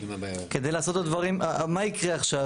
כדי לעשות את הדברים, מה יקרה עכשיו?